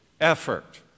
Effort